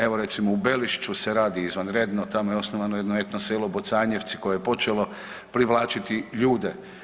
Evo recimo u Belišću se radi izvanredno, tamo je osnovano jedno Etno selo Bocanjevci koje je počelo privlačiti ljude.